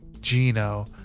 Gino